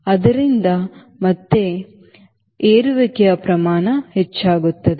ಆದ್ದರಿಂದ ಮತ್ತೆ ಏರುವಿಕೆಯ ಪ್ರಮಾಣ ಹೆಚ್ಚಾಗುತ್ತದೆ